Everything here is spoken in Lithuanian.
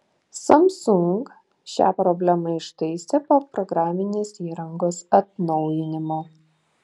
samsung šią problemą ištaisė po programinės įrangos atnaujinimo